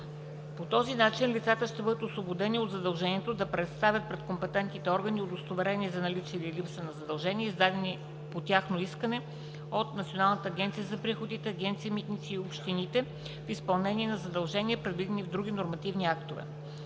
По този начин лицата ще бъдат освободени от задължението да предоставят пред компетентните органи удостоверение за наличие или липса на задължения, издадени по тяхно искане от Националната агенция за приходите, Агенция „Митници“ и общините в изпълнение на задължения, предвидени в други нормативни актове.